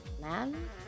man